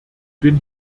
den